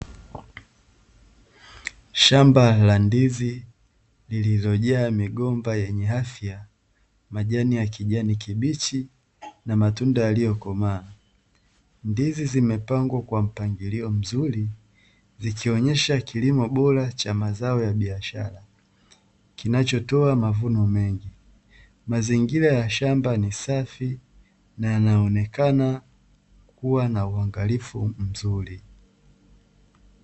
Shamba la ndizi lililojaa migomba yenye afya, majani ya kijani kibichi na matunda yaliyokomaa. Ndizi zimepangwa kwa mpangilio mzuri zikionyesha kilimo bora cha mazao ya biashara, kinachotoa mavuno mengi. Mazingira ya shamba ni safi na yanaonekana kuwa na ungalifu mzuri.